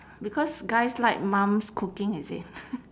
because guys like mum's cooking is it